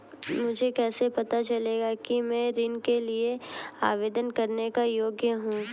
मुझे कैसे पता चलेगा कि मैं ऋण के लिए आवेदन करने के योग्य हूँ?